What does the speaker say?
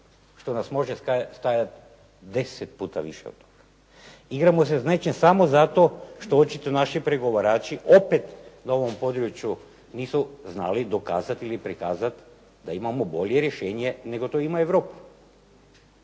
što nas može stajati 10 puta više od toga. igramo se s nečim samo zato što očito naši pregovarači opet na ovom području nisu znali dokazati ili prikazati da imamo bolje rješenje nego to ima Europa.